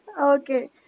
Okay